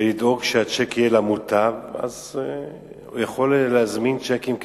ולדאוג שהצ'ק יהיה למוטב הוא יכול היה להזמין צ'קים כאלה.